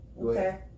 Okay